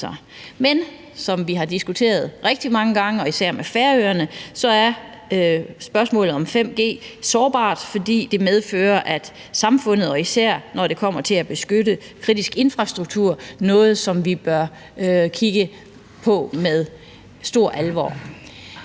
Men som vi har diskuteret rigtig mange gange og især med Færøerne, så er spørgsmålet om 5G sårbart, og især når det kommer til at beskytte kritisk infrastruktur, er det noget, som vi bør kigge på med stor alvor.